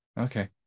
okay